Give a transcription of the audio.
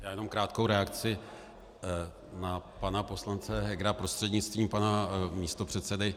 Já jenom krátkou reakci na pana poslance Hegera prostřednictvím pana místopředsedy.